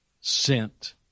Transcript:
sent